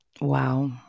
Wow